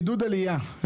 עידוד עלייה,